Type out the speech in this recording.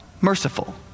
merciful